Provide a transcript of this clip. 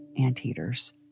anteaters